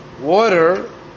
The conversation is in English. Water